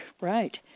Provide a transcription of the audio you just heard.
right